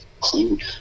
clean